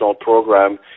program